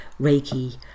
Reiki